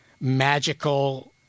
magical